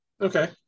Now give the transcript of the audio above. Okay